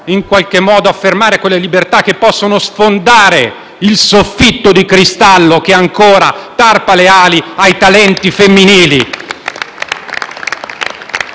in qualche modo affermare quelle libertà che possono sfondare il soffitto di cristallo che ancora tarpa le ali ai talenti femminili.